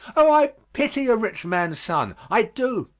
oh, i pity a rich man's son. i do.